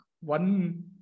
one